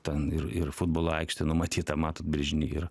ten ir ir futbolo aikštė numatyta matot brėžiny yra